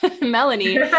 Melanie